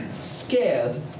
scared